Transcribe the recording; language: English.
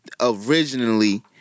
originally